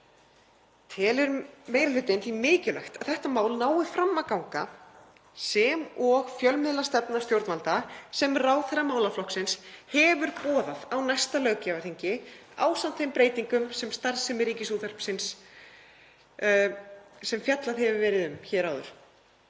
Telur meiri hlutinn því mikilvægt að þetta mál nái fram að ganga, sem og fjölmiðlastefna stjórnvalda sem ráðherra málaflokksins hefur boðað á næsta löggjafarþingi ásamt þeim breytingum á starfsemi Ríkisútvarpsins sem fjallað hefur verið um hér að